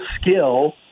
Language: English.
skill